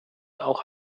auch